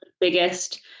biggest